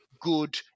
good